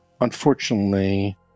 unfortunately